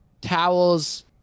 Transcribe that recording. towels